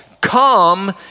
come